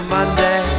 Monday